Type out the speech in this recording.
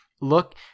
look